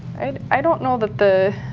and i don't know that the